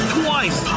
twice